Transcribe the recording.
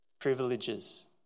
privileges